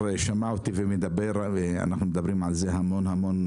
היושב ראש הקבוע שמע אותי ואנחנו מדברים על זה המון המון,